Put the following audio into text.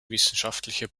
wissenschaftliche